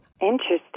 Interesting